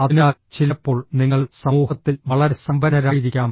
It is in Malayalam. അതിനാൽ ചിലപ്പോൾ നിങ്ങൾ സമൂഹത്തിൽ വളരെ സമ്പന്നരായിരിക്കാം